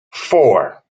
four